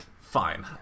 Fine